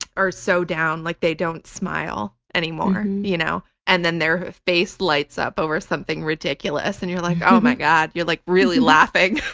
are so down, like they don't smile anymore, you know and then their face lights up over something ridiculous and you're like, oh my god, you're like really laughing